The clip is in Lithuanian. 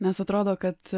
nes atrodo kad